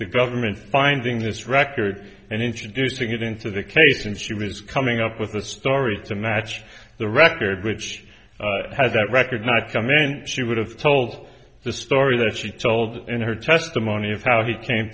the government finding this record and introducing it into the case and she was coming up with a story to match the record which had that record not come in she would have told the story that she told in her testimony of how he came